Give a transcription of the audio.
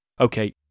Okay